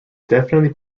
definitely